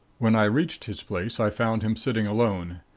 when i reached his place i found him sitting alone.